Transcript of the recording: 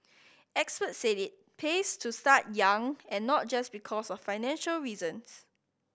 experts said it pays to start young and not just because of financial reasons